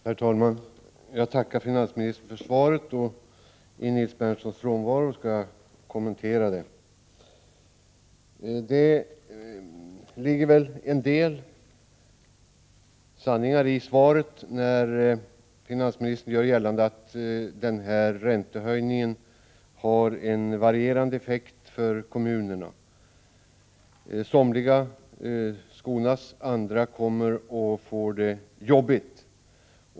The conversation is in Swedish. Herr talman! Jag tackar finansministern för svaret, och i Nils Berndtsons frånvaro skall jag kommentera det. Det ligger en del sanning i svaret, när finansministern gör gällande att räntehöjningen har varierande effekter för kommunerna. Somliga skonas, andra kommer att få det besvärligt.